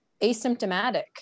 asymptomatic